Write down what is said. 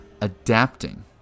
Adapting